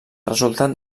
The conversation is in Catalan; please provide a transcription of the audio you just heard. resultat